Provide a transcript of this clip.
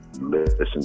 listen